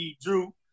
Drew